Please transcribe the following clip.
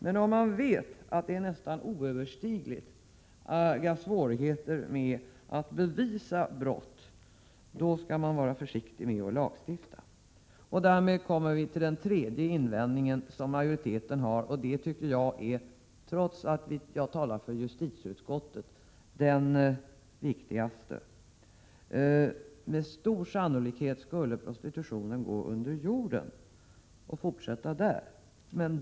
Men om man vet att det är nästan oöverstigliga svårigheter med att bevisa brott, då skall man vara försiktig med att lagstifta. Därmed kommer vi till den tredje invändningen som majoriteten har, och trots att jag talar för justitieutskottet tycker jag att det är den viktigaste: med stor sannolikhet skulle prostitutionen gå under jorden och fortsätta där.